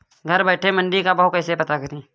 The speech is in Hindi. घर बैठे मंडी का भाव कैसे पता करें?